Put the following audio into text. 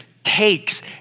takes